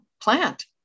plant